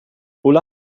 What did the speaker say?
ulla